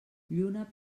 lluna